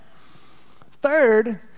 third